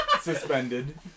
suspended